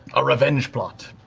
a revenge plot.